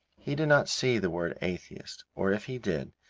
he did not see the word atheist, or if he did,